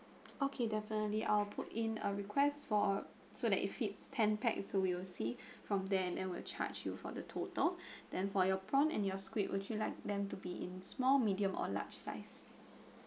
okay definitely I'll put in err request for so that if it's ten pax so we'll see from there and then we'll charge you for the total then for your prawn and your squid would you like them to be in small medium or large size